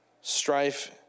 strife